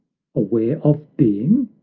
aware of being?